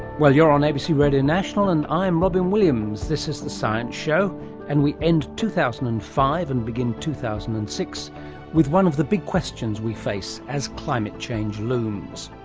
well you're on abc radio national and i'm robyn williams, this is the science show and we end two thousand and five and begin two thousand and six with one of the big questions we face as climate change looms.